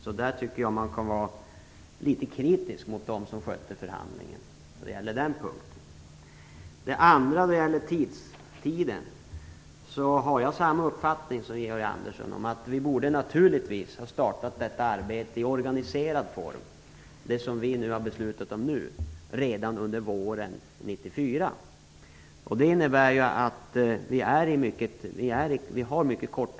På den punkten tycker jag att man kan vara litet kritisk mot dem som skötte förhandlingarna. När det gäller den andra frågan, om tiden, har jag samma uppfattning som Georg Andersson. Man borde naturligtvis redan våren 1994 i organiserad form ha startat det arbete som vi nu har beslutat om. Vi har nu mycket litet tid till förfogande.